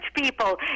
people